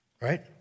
right